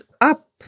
up